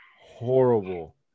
horrible